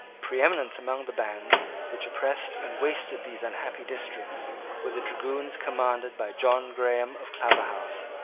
preeminent among the bands which oppressed and wasted these unhappy districts were the dragoons commanded by john graham of claverhouse.